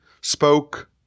spoke